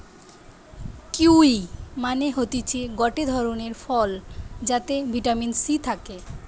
kiwi মানে হতিছে গটে ধরণের ফল যাতে ভিটামিন সি থাকে